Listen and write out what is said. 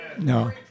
No